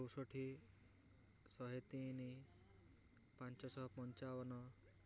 ଚଉଷଠି ଶହେତିନି ପାଞ୍ଚଶହପଞ୍ଚାବନ